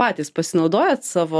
patys pasinaudojat savo